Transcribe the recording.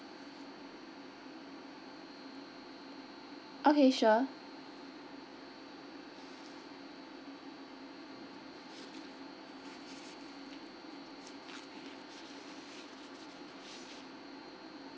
okay sure